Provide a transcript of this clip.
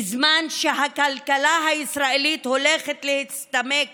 בזמן שהכלכלה הישראלית הולכת להצטמק